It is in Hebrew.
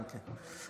כן, כן.